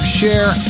share